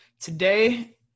today